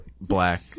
black